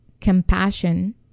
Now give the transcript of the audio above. Compassion